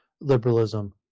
liberalism